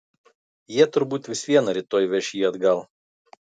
jie turbūt vis viena rytoj veš jį atgal